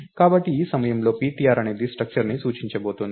కాబట్టి ఈ సమయంలో ptr అనేది స్ట్రక్టర్ ని సూచించబోతోంది